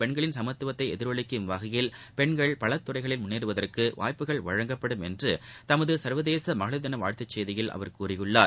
பெண்களின் சமத்துவத்தைஎதிரொலிக்கும் வகையில் பெண்கள் சமுகத்தில் பலதுறைகளில் முன்னேறுவதற்குவாய்ப்புகள் வழங்கப்படும் என்றுதமதுசர்வதேசமகளிர் தினவாழ்த்துசெய்தியில் அவர் கூறியுள்ளார்